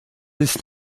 ist